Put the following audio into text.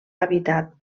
habitat